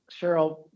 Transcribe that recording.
Cheryl